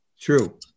True